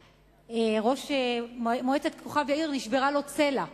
וראש מועצת כוכב-יאיר, נשברה לו צלע מהשוטרים.